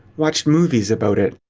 watched movies about it.